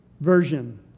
version